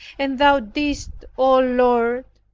and thou didst, o lord,